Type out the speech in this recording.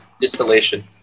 distillation